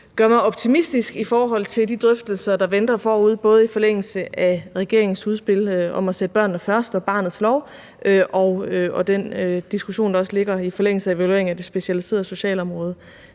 det gør mig optimistisk i forhold til de drøftelser, der venter forude, både i forlængelse af regeringens udspil om at sætte børnene først og barnets lov og den diskussion, der også ligger i forlængelse af evalueringen af det specialiserede socialområde.